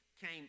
came